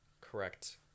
correct